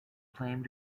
claimed